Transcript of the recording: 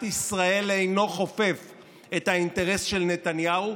ישראל אינו חופף את האינטרס של נתניהו,